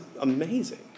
amazing